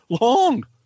long